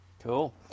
Cool